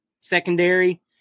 secondary